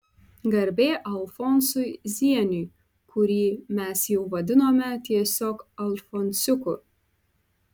garbė alfonsui zieniui kurį mes jau vadinome tiesiog alfonsiuku